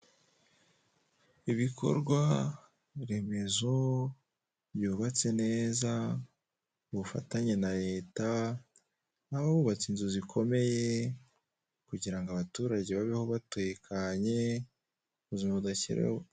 Ibikorwaremezo byubatse neza ku bufatanye na leta aho bububatse inzu zikomeye kugira ngo abaturage babeho batekanye ubuzima badashyiraho